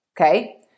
Okay